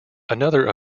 another